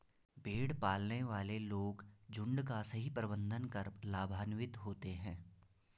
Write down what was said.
भेड़ पालने वाले लोग झुंड का सही प्रबंधन कर लाभान्वित होते हैं